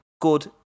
Good